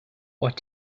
what